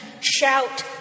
shout